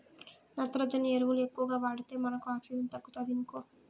నత్రజని ఎరువులు ఎక్కువగా వాడితే మనకు ఆక్సిజన్ తగ్గుతాది ఇనుకో